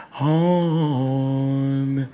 on